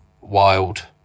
wild